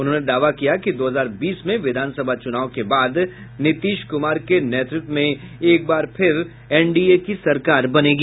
उन्होंने दावा किया कि दो हजार बीस में विधानसभा चुनाव के बाद नीतीश कुमार के नेतृत्व में एकबार फिर एनडीए की सरकार बनेगी